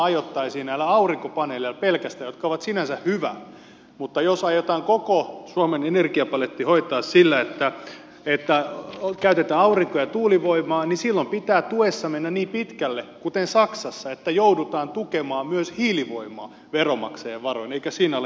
aurinkopaneelit ovat sinänsä hyvä asia mutta jos aiotaan koko suomen energiapaletti hoitaa sillä että käytetään aurinko ja tuulivoimaa niin silloin pitää tuessa mennä niin pitkälle kuten saksassa että joudutaan tukemaan myös hiilivoimaa veronmaksajien varoin eikä siinä ole mitään järkeä